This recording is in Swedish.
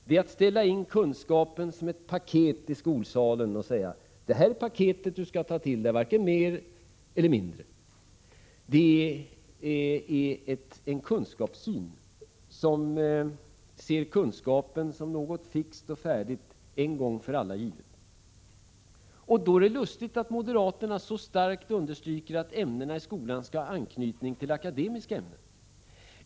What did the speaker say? Det är att ställa in kunskapen som ett paket i skolsalen och säga: Det här paketet skall du ta till dig, varken mer eller mindre! Det är en kunskapssyn som ser kunskapen som något fixt och färdigt, en gång för alla givet. Då är det lustigt att moderaterna så starkt understryker att ämnena i skolan skall ha anknytning till akademiska ämnen.